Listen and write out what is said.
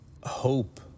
hope